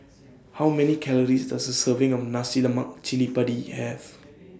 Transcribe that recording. How Many Calories Does A Serving of Nasi Lemak Cili Padi Have